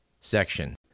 section